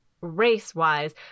race-wise